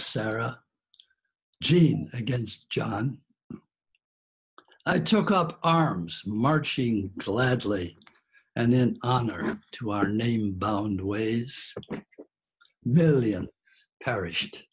sarah jane against john i took up arms marching gladly and then on to our name bound ways million perished